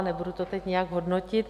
Nebudu to teď nějak hodnotit.